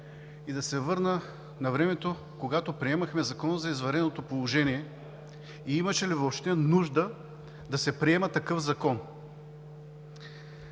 и да се върна на времето, когато приемахме Закона за извънредното положение, и имаше ли въобще нужда да се приема такъв закон?